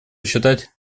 считать